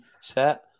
set